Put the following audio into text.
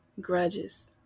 grudges